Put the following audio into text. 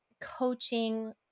coaching